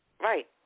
Right